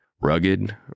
Rugged